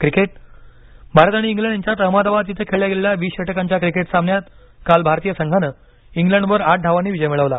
cricket Bharat आणि England यांच्यात अहमदाबाद इथं खेळल्या गेलेल्या वीस षटकांच्या क्रिकेट सामन्यात काल भारतीय संघानं इंग्लंडवर आठ धावांनी विजय मिळवला